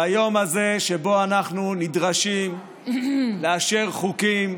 ביום הזה שבו אנחנו נדרשים לאשר חוקים